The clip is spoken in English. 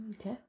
Okay